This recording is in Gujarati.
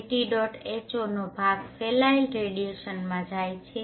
KTH0નો ભાગ ફેલાયેલ રેડીયેશનમાં જાય છે